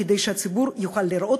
כדי שהציבור יוכל לראות,